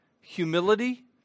humility